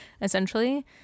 essentially